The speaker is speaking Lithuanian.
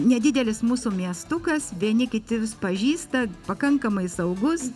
nedidelis mūsų miestukas vieni kiti pažįsta pakankamai saugus